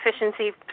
efficiency